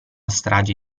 strage